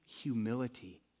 humility